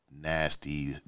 nasty